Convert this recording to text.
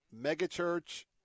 megachurch